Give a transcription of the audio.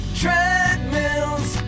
treadmills